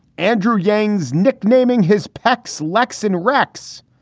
andrew yangs nicknaming his pex lexcen rex.